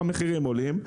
המחירים עולים.